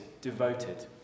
Devoted